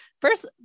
first